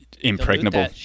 impregnable